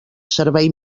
servei